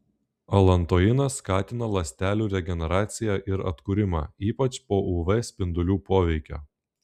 alantoinas skatina ląstelių regeneraciją ir atkūrimą ypač po uv spindulių poveikio